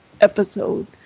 episode